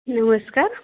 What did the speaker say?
नमस्कार